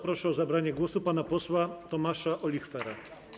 Proszę o zabranie głosu pana posła Tomasza Olichwera.